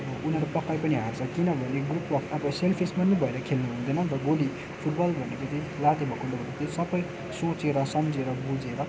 उनीहरू पक्कै पनि हार्छ किनभने ग्रुपवर्क अब सेल्फिस पनि भएर खेल्नुहुँदैन अन्त गोली फुटबल भनेको चाहिँ सबै लात्तेभकुन्डो भनेको चाहिँ सबै सोचेर सम्झेर बुझेर